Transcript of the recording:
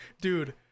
Dude